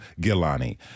Gilani